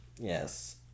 Yes